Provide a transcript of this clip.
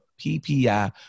PPI